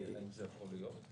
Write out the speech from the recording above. האם זה יכול להיות?